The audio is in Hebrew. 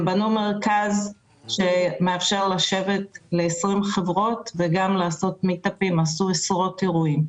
הם בנו מרכז שמאפשר לשבת ל-20 חברות ועשו עשרות אירועים.